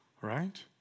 Right